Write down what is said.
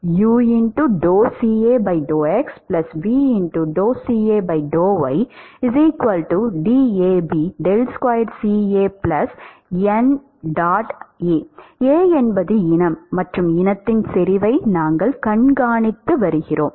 A என்பது இனம் மற்றும் இனத்தின் செறிவை நாங்கள் கண்காணித்து வருகிறோம்